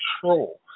control